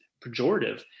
pejorative